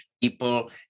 people